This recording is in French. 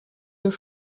deux